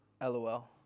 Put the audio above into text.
LOL